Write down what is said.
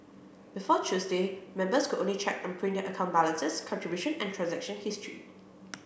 before Tuesday members could only check and print their account balances contribution and transaction history